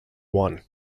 one